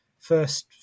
first